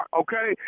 okay